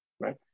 right